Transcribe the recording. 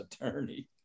attorney